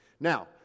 now